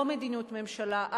זה לא מדיניות ממשלה.